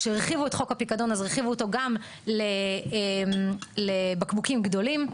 כשהרחיבו את חוק הפיקדון אז הרחיבו אותו גם לבקבוקים גדולים,